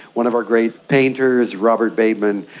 one of our great painters, robert bateman.